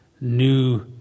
new